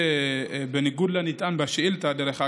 בניגוד לנטען בשאילתה, דרך אגב,